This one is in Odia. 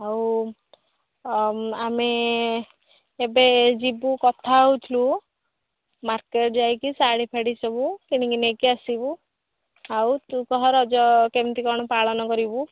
ହଉ ଆଉ ଆମେ ଏବେ ଯିବୁ କଥା ହଉଥିଲୁ ମାର୍କେଟ୍ ଯାଇକି ଶାଢୀ ଫାଡ଼ି ସବୁ କିଣିକି ନେଇକି ଆସିବୁ ଆଉ ତୁ କହ ରଜ କେମିତି କ'ଣ ପାଳନ କରିବୁ